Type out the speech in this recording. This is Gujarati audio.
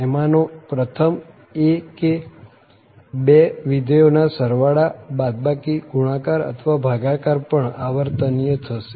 એમાં નો પ્રથમ એ કે બે વિધેયો ના સરવાળા બાદબાકી ગુણાકાર અથવા ભાગાકાર પણ આવર્તનીય થશે